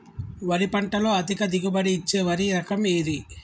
వరి పంట లో అధిక దిగుబడి ఇచ్చే వరి రకం ఏది?